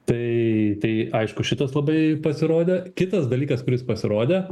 tai tai aišku šitas labai pasirodė kitas dalykas kuris pasirodė